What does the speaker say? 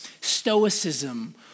stoicism